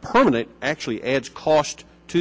permanent actually adds cost to